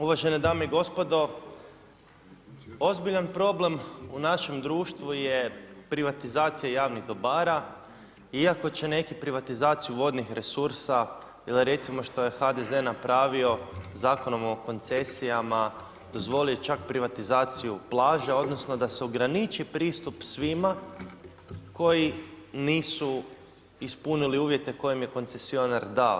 Uvažene dame i gospodo ozbiljan problem u našem društvu je privatizacija javnih dobara iako će neki privatizaciju vodnih resursa ili recimo što je HDZ napravio Zakonom o koncesijama dozvolio čak privatizaciju plaža odnosno da se ograniči pristup svima koji nisu ispunili uvjete koje im je koncesionar dao.